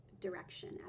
direction